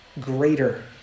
greater